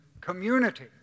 community